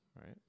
right